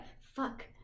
Fuck